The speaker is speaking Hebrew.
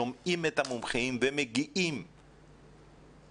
שומעים את המומחים ומגיעים לשר,